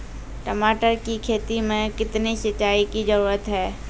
टमाटर की खेती मे कितने सिंचाई की जरूरत हैं?